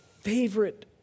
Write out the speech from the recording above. favorite